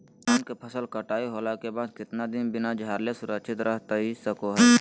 धान के फसल कटाई होला के बाद कितना दिन बिना झाड़ले सुरक्षित रहतई सको हय?